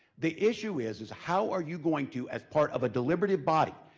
the issue is, is how are you going to, as part of a deliberative body,